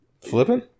Flipping